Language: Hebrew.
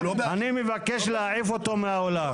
אני מבקש להעיף אותו מהאולם.